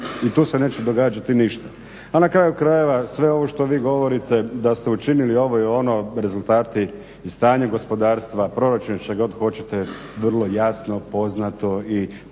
i tu se neće događati ništa. A na kraju krajeva sve ovo što vi govorite da ste učinili ovo ili ono rezultati i stanje gospodarstva, proračun, što god hoćete, vrlo jasno poznato i to